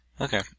Okay